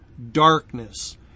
Darkness